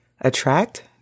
Attract